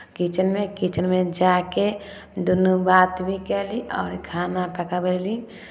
किचनमे किचनमे जा कऽ दुनू बात भी कयली आओर खाना पकबयली